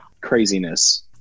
craziness